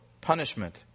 punishment